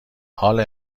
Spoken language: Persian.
حاال